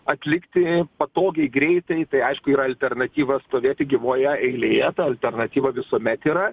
atlikti patogiai greitai tai aišku yra alternatyva stovėti gyvoje eilėje tą alternatyva visuomet yra